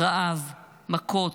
רעב, מכות,